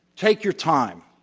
take your time.